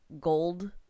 gold